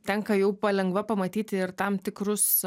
tenka jau palengva pamatyti ir tam tikrus